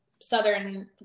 southern